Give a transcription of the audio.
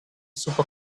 super